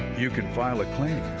you can file a claim.